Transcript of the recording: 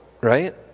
right